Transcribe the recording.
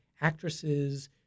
actresses